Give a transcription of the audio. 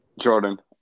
Jordan